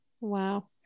Wow